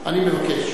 אתם רוצים, אני מבקש.